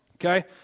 okay